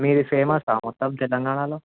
మీది ఫేమస్సా మొత్తం తెలంగాణలో